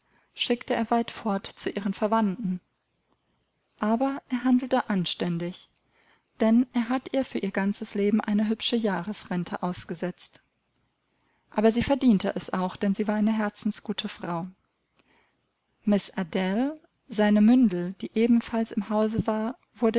schickte er weit fort zu ihren verwandten aber er handelte anständig denn er hat ihr für ihr ganzes leben eine hübsche jahresrente ausgesetzt aber sie verdiente es auch denn sie war eine herzensgute frau miß adele seine mündel die ebenfalls im hause war wurde